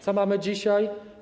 Co mamy dzisiaj?